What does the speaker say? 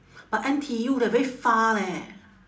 but N_T_U leh very far leh